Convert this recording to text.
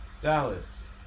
Dallas